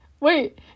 wait